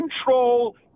control